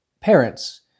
parents